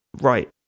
Right